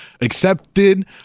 accepted